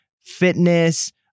fitness